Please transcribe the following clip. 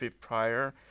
prior